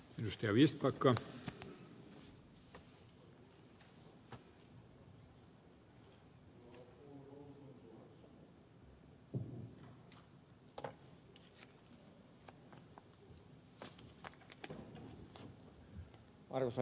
arvoisa herra puhemies